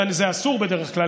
זה אסור בדרך כלל,